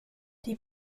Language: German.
die